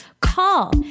call